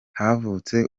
havutse